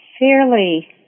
fairly